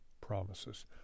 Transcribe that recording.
promises